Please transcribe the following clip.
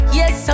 yes